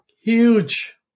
Huge